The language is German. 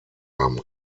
haben